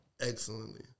excellently